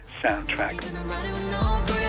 soundtrack